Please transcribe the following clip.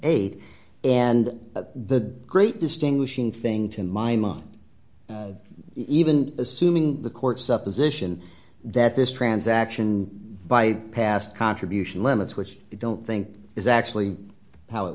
eight and the great distinguishing thing to mine even assuming the court supposition that this transaction by passed contribution limits which you don't think is actually how it